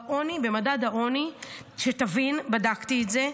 בעוני, במדד העוני, שתבין, בדקתי את זה,